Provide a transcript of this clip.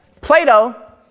Plato